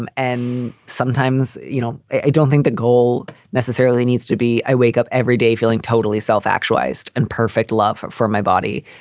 um and sometimes, you know, i don't think the goal necessarily needs to be i wake up every day feeling totally self-actualized and perfect love for my body.